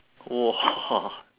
!wah!